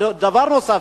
דבר נוסף,